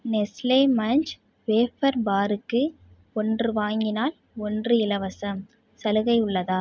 Nestle Munch wafer பாருக்கு ஒன்று வாங்கினால் ஒன்று இலவசம் சலுகை உள்ளதா